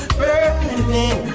burning